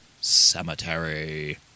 Cemetery